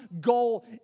goal